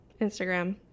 Instagram